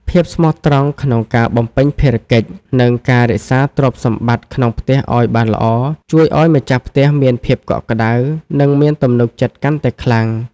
ភាពស្មោះត្រង់ក្នុងការបំពេញភារកិច្ច និងការរក្សាទ្រព្យសម្បត្តិក្នុងផ្ទះឱ្យបានល្អ ជួយឱ្យម្ចាស់ផ្ទះមានភាពកក់ក្តៅ និងមានទំនុកចិត្តកាន់តែខ្លាំង។